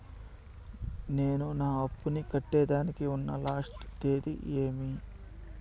నేను నా అప్పుని కట్టేదానికి ఉన్న లాస్ట్ తేది ఏమి?